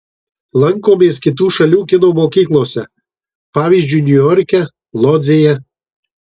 lankomės kitų šalių kino mokyklose pavyzdžiui niujorke lodzėje